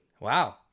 Wow